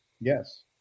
Yes